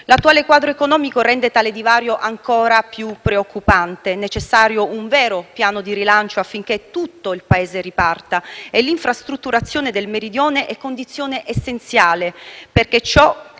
L'attuale quadro economico rende tale disparità ancora più preoccupante: è necessario un vero piano di rilancio affinché tutto il Paese riparta e l'infrastrutturazione del Meridione è condizione essenziale perché ciò